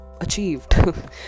achieved